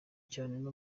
cyane